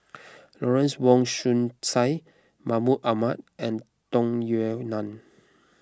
Lawrence Wong Shyun Tsai Mahmud Ahmad and Tung Yue Nang